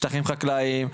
שטחים חקלאיים,